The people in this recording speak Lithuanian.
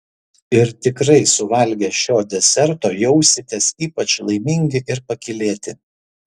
ir tikrai suvalgę šio deserto jausitės ypač laimingi ir pakylėti